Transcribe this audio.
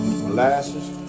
molasses